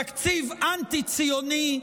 תקציב אנטי-ציוני,